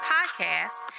Podcast